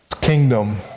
kingdom